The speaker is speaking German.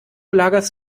lagerst